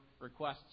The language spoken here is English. requests